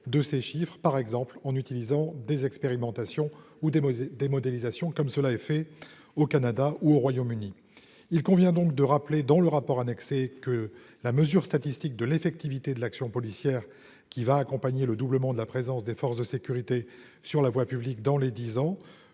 de ces chiffres, par exemple en utilisant des expérimentations, ou des modélisations comme cela est fait au Canada ou au Royaume-Uni, il convient donc de rappeler dans le rapport annexé que la mesure statistique de l'effectivité de l'action policière qui va accompagner le doublement de la présence des forces de sécurité sur la voie publique, dans les 10 ans